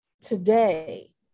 today